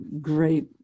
great